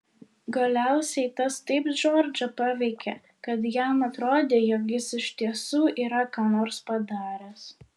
galiausiai tas taip džordžą paveikė kad jam atrodė jog jis iš tiesų yra ką nors padaręs